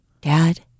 Dad